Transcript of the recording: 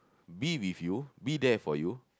be with you be there for you